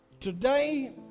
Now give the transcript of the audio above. Today